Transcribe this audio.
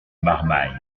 marmagne